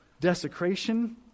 desecration